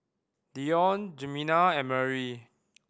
Deion Jemima and Marie